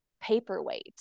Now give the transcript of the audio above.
paperweight